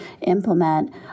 implement